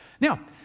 Now